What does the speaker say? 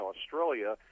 Australia